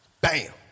Bam